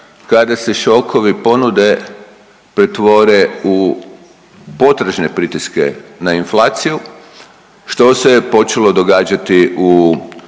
kada se šokovi ponude pretvore u potražne pritiske na inflaciju što se je počelo događati u